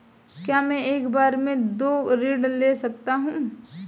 क्या मैं एक बार में दो ऋण ले सकता हूँ?